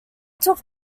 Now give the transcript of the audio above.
took